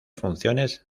funciones